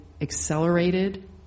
accelerated